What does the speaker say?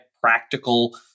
practical